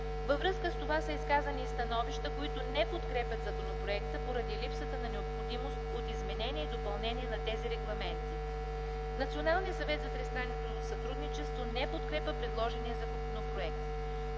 Във връзка с това са изказани и становища, които не подкрепят законопроекта, поради липсата на необходимост от изменения и допълнения на тези регламенти. Националният съвет за тристранно сътрудничество не подкрепя предложения законопроект.